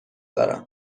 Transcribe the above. دارم